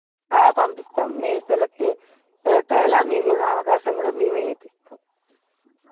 పంపిస్తాం మేము select select అయ్యేలా మేము అవకాశం కూడా మేమే ఇప్పిస్తాం